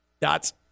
dots